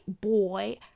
boy